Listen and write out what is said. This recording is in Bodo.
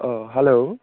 अ हेल्ल'